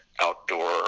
outdoor